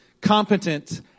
competent